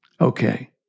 Okay